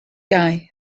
guy